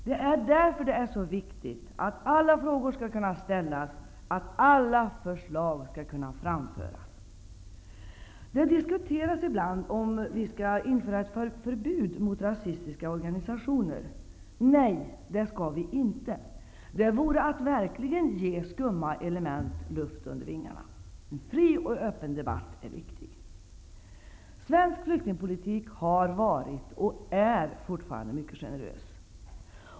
Det är därför det är så viktigt att alla frågor skall kunna ställas och att alla förslag skall kunna framföras. Det diskuteras ibland om vi skall införa ett förbud mot rasistiska organisationer. Nej, det skall vi inte! Det vore att verkligen ge skumma element luft under vingarna. En fri och öppen debatt är viktig. Svensk flyktingpolitik har varit och är fortfarande mycket generös.